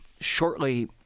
shortly